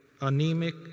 anemic